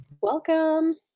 Welcome